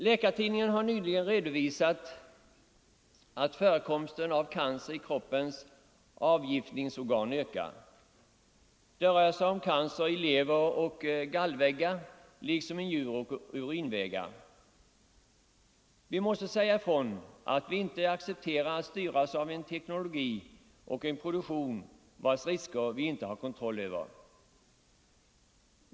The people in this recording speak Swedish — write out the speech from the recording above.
Läkartidningen har nyligen redovisat att förekomsten av cancer i kroppens avgiftningsorgan ökar. Det rör sig om cancer i lever och gallgångar liksom i njurar och urinvägar. Vi måste säga ifrån att vi inte accepterar att styras av en teknologi och en produktion, vars risker vi inte har kontroll över.